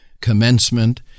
commencement